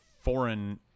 foreign